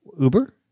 Uber